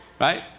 right